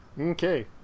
Okay